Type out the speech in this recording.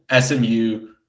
SMU